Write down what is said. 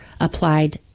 applied